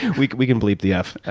we we can bleep the f.